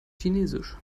chinesisch